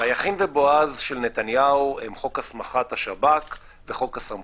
והיכין והבועז של נתניהו הם חוק הסמכת השב"כ וחוק הסמכויות.